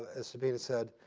as sabrina said,